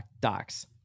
docs